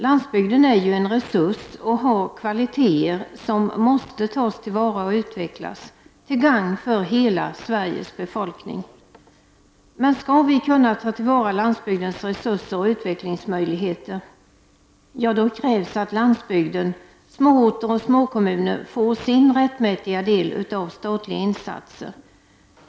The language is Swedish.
Landsbygden är ju en resurs och har kvaliteter som måste tas till vara och utvecklas, till gagn för hela Sveriges befolkning. Men skall vi kunna ta till vara landsbygdens resurser och utvecklingsmöjligheter, ja, då krävs det att landsbygden, småorter och småkommuner får rättmätig del av statliga insatser.